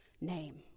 name